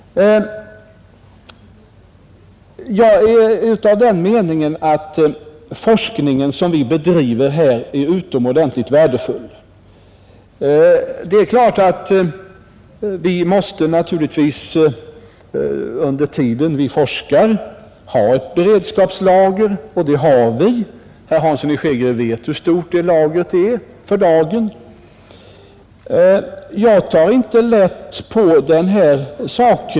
Jag är utav den meningen att forskningen som vi bedriver här är utomordentligt värdefull. Det är klart att under tiden som vi forskar måste vi ha beredskapslager, och herr Hansson vet hur stort det lagret är för dagen. Jag tar inte lätt på denna sak.